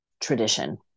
tradition